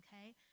okay